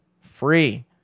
free